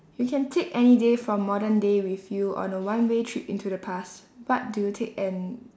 you can take any day from modern day with you on a one way trip into the past what do you take and